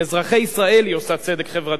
עם אזרחי ישראל היא עושה צדק חברתי.